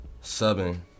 seven